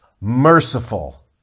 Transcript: merciful